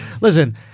listen